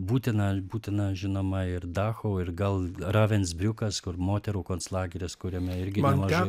būtina būtina žinoma ir dachau ir gal ravensbriukas kur moterų konclageris kuriame irgi nemažai